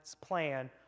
plan